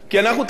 ובצדק,